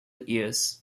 years